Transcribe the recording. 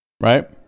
right